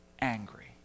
angry